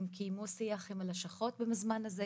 הם קיימו שיח עם הלשכות בזמן הזה.